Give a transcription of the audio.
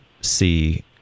see